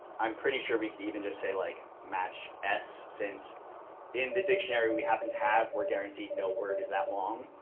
i'm pretty sure we could even just say like match s, since in the dictionary we happen to have, we're guaranteed no word is that long,